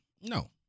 No